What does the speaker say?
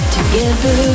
Together